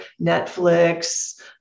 Netflix